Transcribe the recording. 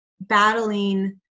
battling